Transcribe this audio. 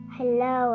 hello